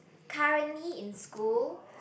currently in school